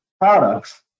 products